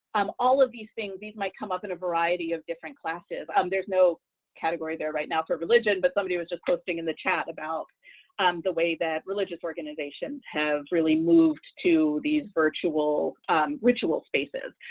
um all of these things these might come up in a variety of different classes. um there's no category there right now for religion, but somebody was just posting in the chat about the way that religious organizations have really moved to these virtual ritual spaces.